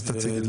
אז תציג את זה.